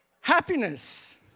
Happiness